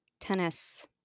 tennis